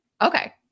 Okay